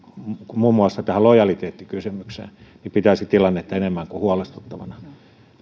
muun muassa tähän lojaliteettikysymykseen niin pitäisin tilannetta enemmän kuin huolestuttavana